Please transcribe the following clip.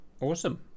Awesome